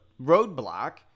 roadblock